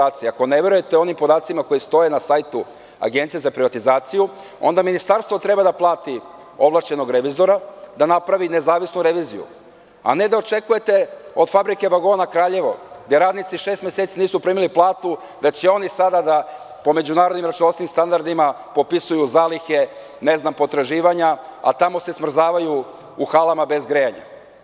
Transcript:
Ako ne verujete onim podacima koji stoje na sajtu Agencije za privatizaciju, onda ministarstvo treba da plati ovlašćenog revizora da napravi nezavisnu reviziju, a ne da očekujete od Fabrike vagona Kraljevo, gde radnici šest meseci nisu primili platu, da će oni sada po međunarodnim računovodstvenim standardima da popisuju zalihe, potraživanja, a tamo se smrzavaju u halama bez grejanja.